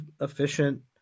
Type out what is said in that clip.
efficient